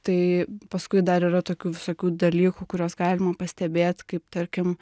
tai paskui dar yra tokių visokių dalykų kuriuos galima pastebėt kaip tarkim